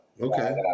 okay